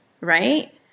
right